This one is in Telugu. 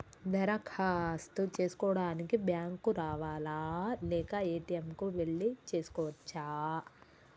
దరఖాస్తు చేసుకోవడానికి బ్యాంక్ కు రావాలా లేక ఏ.టి.ఎమ్ కు వెళ్లి చేసుకోవచ్చా?